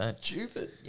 stupid